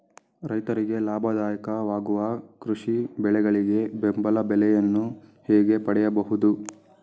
ರೈತರಿಗೆ ಲಾಭದಾಯಕ ವಾಗುವ ಕೃಷಿ ಬೆಳೆಗಳಿಗೆ ಬೆಂಬಲ ಬೆಲೆಯನ್ನು ಹೇಗೆ ಪಡೆಯಬಹುದು?